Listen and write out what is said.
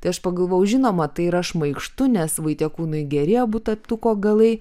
tai aš pagalvojau žinoma tai yra šmaikštu nes vaitiekūnui geri abu aptuko galai